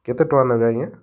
କେତେ ଟଙ୍କା ନେବେ ଆଜ୍ଞା